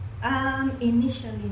Initially